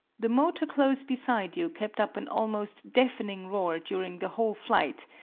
the motor close beside you kept up an almost deafening roar during the whole flight,